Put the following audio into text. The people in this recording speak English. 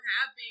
happy